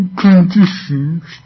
conditions